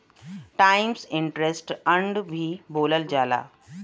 times interest earned भी बोलल जाला